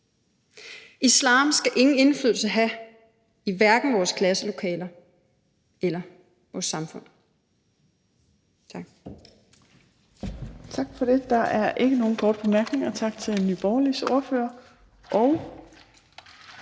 Islam skal ingen indflydelse have, hverken i vores klasselokaler eller i vores samfund.